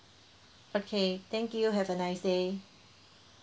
okay thank you have a nice day